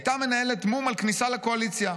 הייתה מנהלת מו"מ על כניסה לקואליציה,